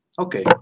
okay